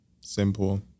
simple